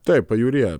taip pajūryje